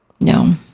No